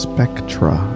Spectra